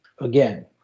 again